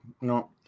no